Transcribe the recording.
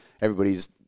everybody's